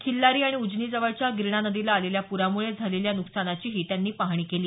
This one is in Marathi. खिल्लारी आणि उजनी जवळच्या गिरणा नदीला आलेल्या पुरामुळे झालेल्या नुकसानीचीही त्यांनी पाहणी केली